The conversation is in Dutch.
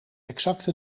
exacte